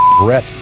brett